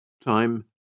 Time